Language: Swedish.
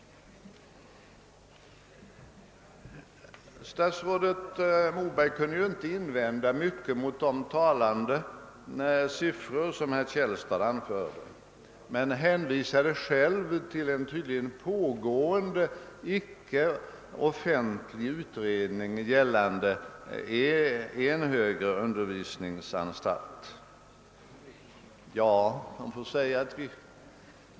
Statsrådet Moberg hade ju inte mycket att invända mot de talande siffror som herr Källstad anförde men hänvisade själv till en pågående icke offentlig utredning gällande en högre undervisningsanstalt.